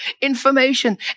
information